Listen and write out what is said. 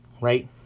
right